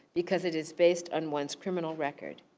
because it is based on one's criminal record.